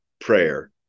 prayer